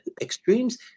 extremes